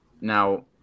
Now